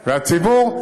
והציבור,